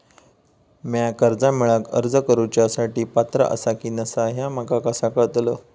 म्या कर्जा मेळाक अर्ज करुच्या साठी पात्र आसा की नसा ह्या माका कसा कळतल?